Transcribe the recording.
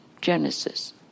Genesis